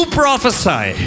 prophesy